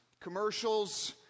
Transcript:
commercials